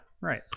right